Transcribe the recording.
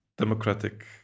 democratic